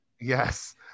Yes